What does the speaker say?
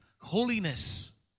holiness